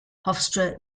hofstra